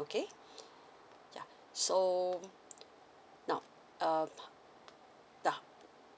okay yeah so now um yeah